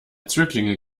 zöglinge